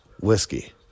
whiskey